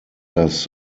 das